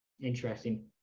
interesting